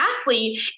athlete